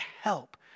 help